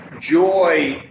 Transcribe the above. joy